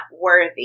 worthy